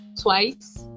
twice